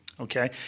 okay